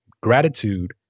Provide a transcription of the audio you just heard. gratitude